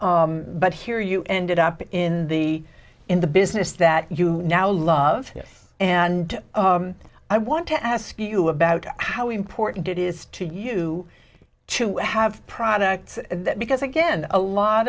and but here you ended up in the in the business that you now love and i want to ask you about how import did is to you to have products because again a lot